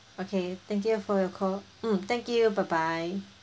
okay thank you for your call mm thank you bye bye